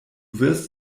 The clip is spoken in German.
wirst